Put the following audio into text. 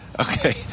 Okay